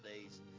days